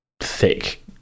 thick